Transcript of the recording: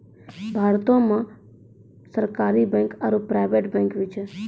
भारतो मे सरकारी बैंक आरो प्राइवेट बैंक भी छै